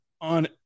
on